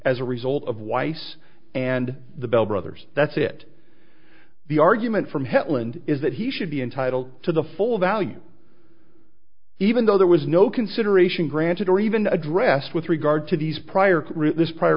as a result of weiss and the bell brothers that's it the argument from headland is that he should be entitled to the full value even though there was no consideration granted or even addressed with regard to these prior to this prior